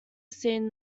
seen